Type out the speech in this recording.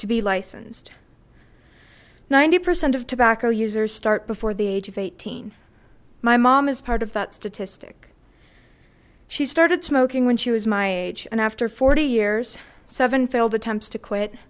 to be licensed ninety percent of tobacco users start before the age of eighteen my mom is part of that statistic she started smoking when she was my age and after forty years seven failed attempts to quit